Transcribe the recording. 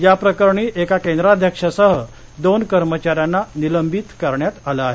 या प्रकरणी एका केंद्राध्यक्षासह दोन कर्मचाऱ्यांना निलंबित करण्यात आलं आहे